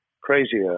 crazier